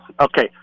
Okay